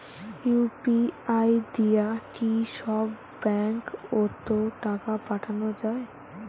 UPI দিয়া কি সব ব্যাংক ওত টাকা পাঠা যায়?